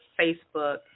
Facebook